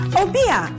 obia